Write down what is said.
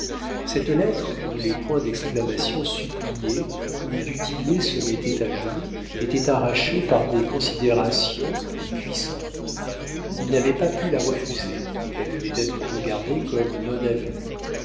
cette lettre où les points d'exclamation suppliaient où du tillet se mettait à genoux était arrachée par des considérations puissantes il n'avait pas pu la refuser elle devait être regardée comme non avenue